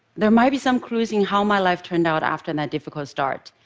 there might be some clues in how my life turned out after that difficult start.